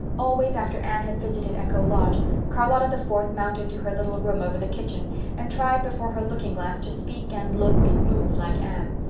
always after anne had visited echo lodge charlotta the fourth mounted to her little room over the kitchen and tried before her looking glass to speak and look and move like anne.